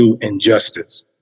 injustice